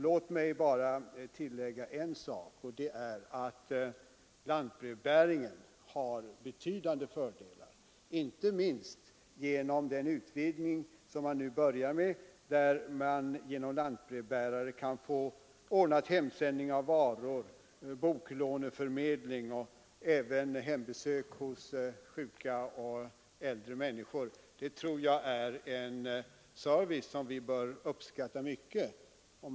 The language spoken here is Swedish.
Låt mig bara tillägga en sak, nämligen den att lantbrevbäringen har betydande fördelar, inte minst genom den utvidgning som man nu börjar med och tack vare vilken man genom lantbrevbärare kan ordna med hemsändning av varor, förmedling av boklån och även hembesök hos sjuka och äldre människor. Det är en service som jag tror kommer att uppskattas mycket.